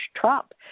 Trump